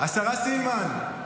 השרה סילמן,